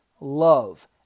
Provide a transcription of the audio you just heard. love